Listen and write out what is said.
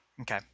Okay